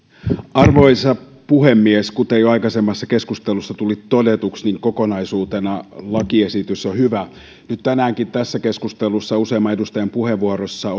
arvoisa puhemies kuten jo aikaisemmassa keskustelussa tuli todetuksi kokonaisuutena lakiesitys on hyvä nyt tänäänkin tässä keskustelussa useamman edustajan puheenvuorossa